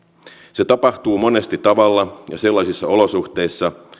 se tapahtuu monesti tavalla ja sellaisissa olosuhteissa